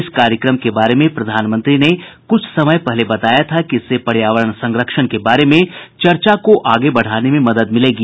इस कार्यक्रम के बारे में प्रधानमंत्री ने कुछ समय पहले बताया था कि इससे पर्यावरण संरक्षण के बारे में चर्चा को आगे बढ़ाने में मदद मिलेगी